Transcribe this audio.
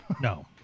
No